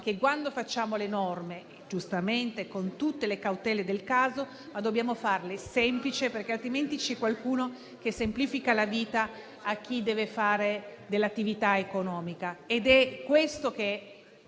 che, quando facciamo le norme, con tutte le cautele del caso, dobbiamo farle semplici, altrimenti c'è qualcuno che semplifica la vita a chi deve intraprendere l'attività economica.